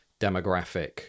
demographic